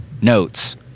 notes